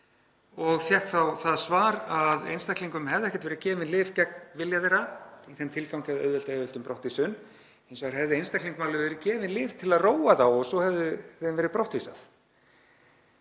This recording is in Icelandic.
og fékk þá það svar að einstaklingum hefðu ekki verið gefin lyf gegn vilja þeirra í þeim tilgangi að auðvelda yfirvöldum brottvísun en hins vegar hefðu einstaklingum alveg verið gefin lyf til að róa þá og svo hefði þeim verið brottvísað.